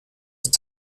ist